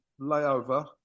layover